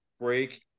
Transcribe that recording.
break